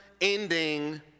ending